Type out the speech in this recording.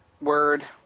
Word